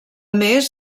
més